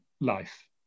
life